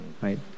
right